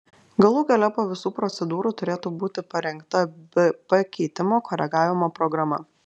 galų gale po visų procedūrų turėtų būti parengta bp keitimo koregavimo programa